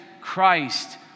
Christ